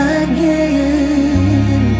again